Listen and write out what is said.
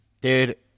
dude